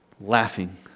laughing